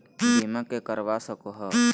बीमा के करवा सको है?